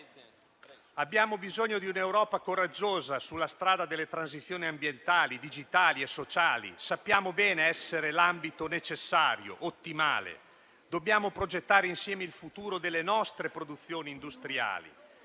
Abbiamo bisogno di un'Europa coraggiosa sulla strada delle transizioni ambientali, digitali e sociali, che sappiamo bene essere l'ambito necessario e ottimale. Dobbiamo progettare insieme il futuro delle nostre produzioni industriali.